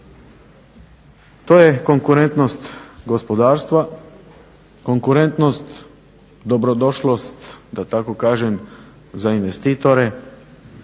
To je konkurentnost gospodarstva, konkurentnost, dobrodošlost, da tako kažem za investitore.